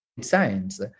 science